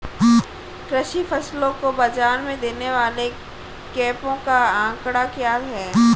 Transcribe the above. कृषि फसलों को बाज़ार में देने वाले कैंपों का आंकड़ा क्या है?